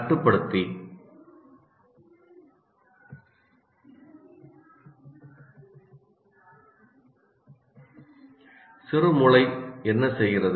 கட்டுப்படுத்தி சிறுமூளை என்ன செய்கிறது